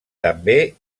també